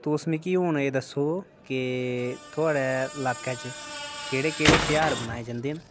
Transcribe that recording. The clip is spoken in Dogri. तुस मिगी हू'न एह् दस्सो के थुआढ़े ल्हाके च केह्ड़े केह्ड़े ध्यार मनाए जंदे न